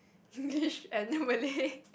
English and Malay